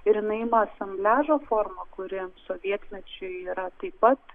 ir jinai ima asambliažo formą kuri sovietmečiu yra taip pat